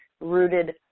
rooted